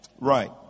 Right